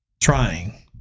Trying